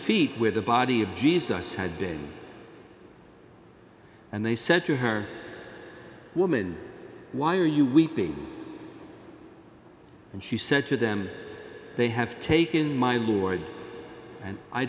feet with the body of jesus had dead and they said to her woman why are you weeping and she said to them they have taken my lord